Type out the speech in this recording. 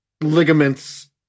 ligaments